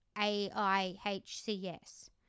A-I-H-C-S